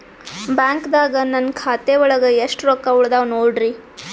ಬ್ಯಾಂಕ್ದಾಗ ನನ್ ಖಾತೆ ಒಳಗೆ ಎಷ್ಟ್ ರೊಕ್ಕ ಉಳದಾವ ನೋಡ್ರಿ?